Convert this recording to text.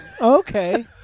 okay